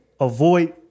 avoid